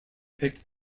picked